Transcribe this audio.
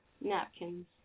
Napkins